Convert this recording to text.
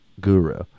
guru